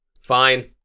Fine